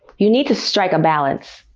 you need to strike a balance.